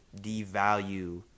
devalue